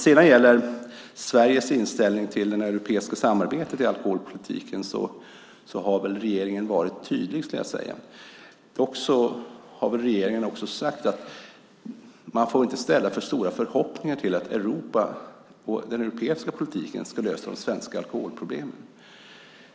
När det gäller Sveriges inställning till det europeiska samarbetet om alkoholpolitiken skulle jag vilja säga att regeringen har varit tydlig. Regeringen har också sagt att man inte får ha för stora förhoppningar på att Europa och den europeiska politiken ska lösa de svenska alkoholproblemen.